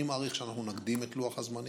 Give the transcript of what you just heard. אני מעריך שאנחנו נקדים את לוח הזמנים,